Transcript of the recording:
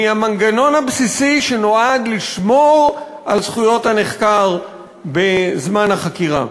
מהמנגנון הבסיסי שנועד לשמור על זכויות הנחקר בזמן החקירה.